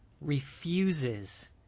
refuses